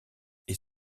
est